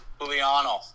Juliano